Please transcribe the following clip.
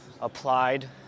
applied